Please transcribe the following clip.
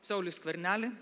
saulių skvernelį